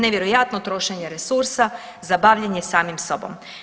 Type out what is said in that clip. Nevjerojatno trošenje resursa za bavljenje samim sobom.